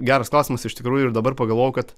geras klausimas iš tikrųjų ir dabar pagalvojau kad